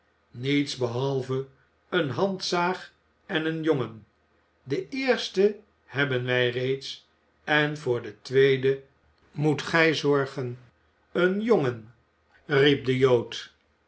niets behalve eene handzaag en een jongen de eerste hebben wij reeds en voor den tweeden moet gij zorgen een jongen riep de jood